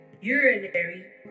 urinary